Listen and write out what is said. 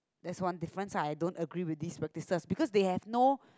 that's one difference lah I don't agree with this practises because they have no